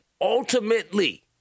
ultimately